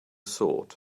sword